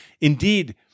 Indeed